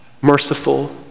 merciful